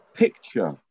picture